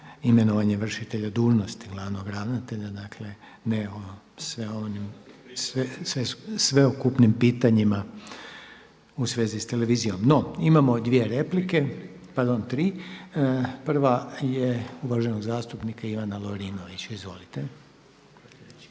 imenovanje vršitelja dužnosti glavnog ravnatelja. Dakle ne o sveukupnim pitanjima u svezi s televizijom. No, imamo dvije replike, pardon tri. Prva je uvaženog zastupnika Ivana Lovrinovića. Izvolite.